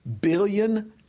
billion